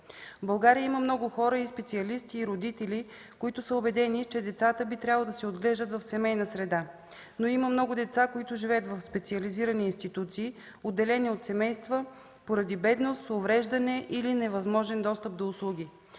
В България има много хора и специалисти, и родители, които са убедени, че децата би трябвало да се отглеждат в семейна среда, но има много деца, които живеят в специализирани институции, отделени от семейства поради бедност, увреждане или невъзможен достъп до услуги.